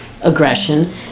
aggression